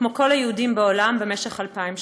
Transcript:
כמו כל היהודים בעולם, במשך אלפיים שנה.